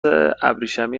ابریشمی